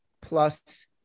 plus